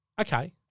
Okay